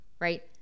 right